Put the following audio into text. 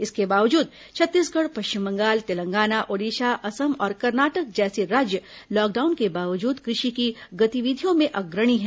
इसके बावजूद छत्तीसगढ़ पश्चिम बंगाल तेलंगाना ओडिशा असम और कर्नाटक जैसे राज्य लॉकडाउन के बावजूद कृषि की गतिविधियों में अग्रणी है